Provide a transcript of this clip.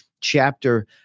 Chapter